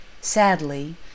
Sadly